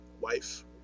wife